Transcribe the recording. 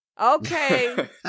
Okay